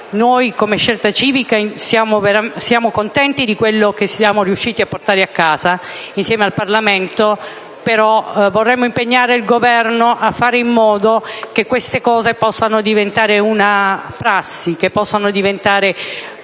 Noi, come Scelta Civica, siamo contenti di quello che siamo riusciti a portare a casa insieme al Parlamento, però vorremmo impegnare il Governo a fare in modo che queste agevolazioni possano diventare una prassi, che possano diventare